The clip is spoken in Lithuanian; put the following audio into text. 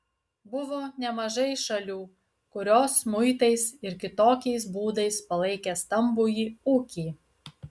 buvo nemažai šalių kurios muitais ir kitokiais būdais palaikė stambųjį ūkį